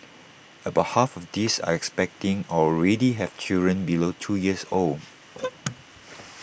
about half of these are expecting or already have children below two years old